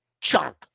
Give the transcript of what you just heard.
chunk